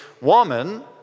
woman